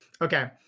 Okay